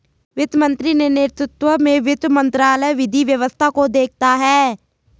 वित्त मंत्री के नेतृत्व में वित्त मंत्रालय विधि व्यवस्था को देखता है